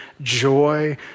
joy